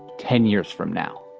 ten years from now